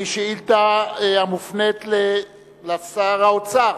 והיא שאילתא המופנית לשר האוצר.